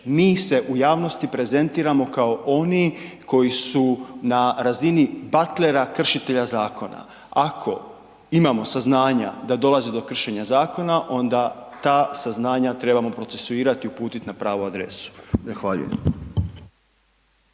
Mi se u javnosti prezentiramo kao oni koji su na razini batlera, kršitelja zakona. Ako imamo saznanja da dolazi do kršenja zakona, onda ta saznanja trebamo procesuirati i uputiti na pravu adresu,